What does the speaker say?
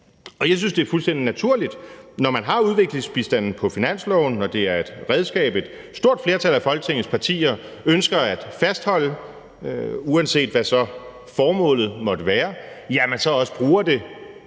Jeg synes, det er fuldstændig naturligt, når man har udviklingsbistanden på finansloven, når det er et redskab, et stort flertal af Folketingets partier ønsker at fastholde, uanset hvad formålet måtte være, at man så også bruger det